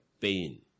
pain